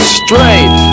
straight